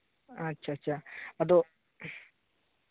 ᱟᱪᱪᱷᱟ ᱟᱪᱪᱷᱟ ᱟᱫᱚ